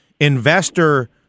investor-